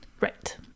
right